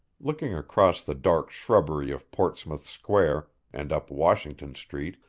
looking across the dark shrubbery of portsmouth square and up washington street,